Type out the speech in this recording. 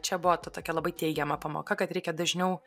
čia buvo ta tokia labai teigiama pamoka kad reikia dažniau